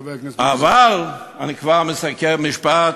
חבר הכנסת מוזס, אני כבר מסכם, משפט.